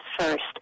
first